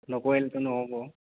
নকৰিলেতো নহ'ব